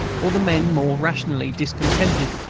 or the men more rationally discontented.